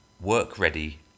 work-ready